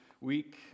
week